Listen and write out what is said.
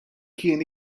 kien